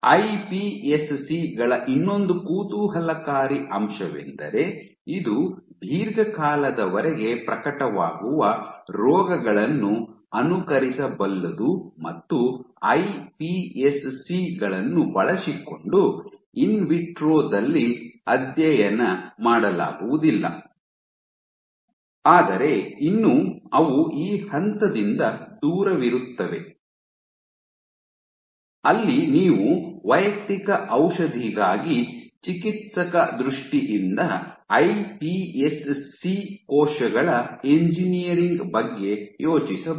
iPSC ಗಳ ಇನ್ನೊಂದು ಕುತೂಹಲಕಾರಿ ಅಂಶವೆಂದರೆ ಇದು ದೀರ್ಘಕಾಲದವರೆಗೆ ಪ್ರಕಟವಾಗುವ ರೋಗಗಳನ್ನು ಅನುಕರಿಸಬಲ್ಲದು ಮತ್ತು ಐಪಿಎಸ್ಸಿ ಗಳನ್ನು ಬಳಸಿಕೊಂಡು ಇನ್ ವಿಟ್ರೋ ದಲ್ಲಿ ಅಧ್ಯಯನ ಮಾಡಲಾಗುವುದಿಲ್ಲ ಆದರೆ ಇನ್ನೂ ಅವು ಆ ಹಂತದಿಂದ ದೂರವಿರುತ್ತವೆ ಅಲ್ಲಿ ನೀವು ವೈಯಕ್ತಿಕ ಔಷಧಿಗಾಗಿ ಚಿಕಿತ್ಸಕ ದೃಷ್ಟಿ ಇಂದ ಐಪಿಎಸ್ಸಿ ಕೋಶಗಳ ಎಂಜಿನಿಯರಿಂಗ್ ಬಗ್ಗೆ ಯೋಚಿಸಬಹುದು